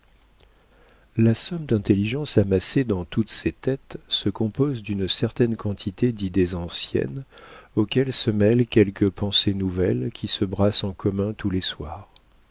la somme d'intelligence amassée dans toutes ces têtes se compose d'une certaine quantité d'idées anciennes auxquelles se mêlent quelques pensées nouvelles qui se brassent en commun tous les soirs